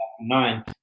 nine